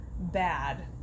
bad